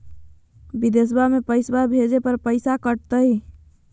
बिदेशवा मे पैसवा भेजे पर पैसों कट तय?